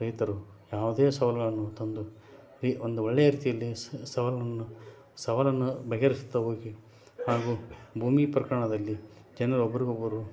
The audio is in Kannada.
ರೈತರು ಯಾವುದೇ ಸವಾಲುಗಳನ್ನು ತಂದು ಈ ಒಂದು ಒಳ್ಳೆಯ ರೀತಿಯಲ್ಲಿ ಸವಾಲನ್ನು ಸವಾಲನ್ನು ಬಗೆಹರಿಸುತ್ತಾ ಹೋಗಿ ಹಾಗೂ ಭೂಮಿ ಪ್ರಕರಣದಲ್ಲಿ ಜನರು ಒಬ್ಬರಿಗೊಬ್ಬರು